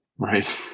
Right